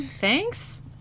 thanks